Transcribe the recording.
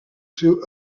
seu